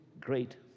great